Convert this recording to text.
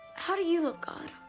how do you love god?